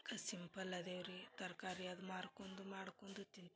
simple ಅದೇವ ರೀ ತರಕಾರಿ ಅದು ಮಾರ್ಕೊಂಡು ಮಾಡ್ಕೊಂಡು ತಿಂತೇವಿ